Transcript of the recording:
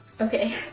Okay